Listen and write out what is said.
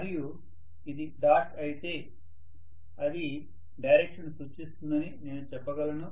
మరియు అది డాట్ అయితే ఇది డైరెక్షన్ ను సూచిస్తుందని నేను చెప్పగలను